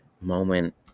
moment